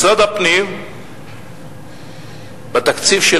משרד הפנים בתקציב של